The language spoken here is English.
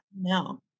No